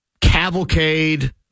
cavalcade